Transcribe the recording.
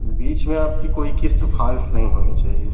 बीच में आप कि कोई क़िस्त फारिश नहीं होनी चाहिए